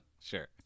Sure